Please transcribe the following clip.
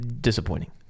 disappointing